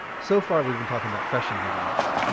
so far, we've been talking about fresh ingredients.